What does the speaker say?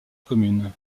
commune